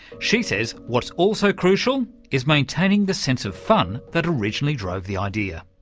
she says what's also crucial is maintaining the sense of fun that originally drove the idea.